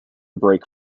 break